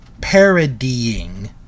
parodying